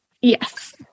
Yes